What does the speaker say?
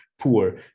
poor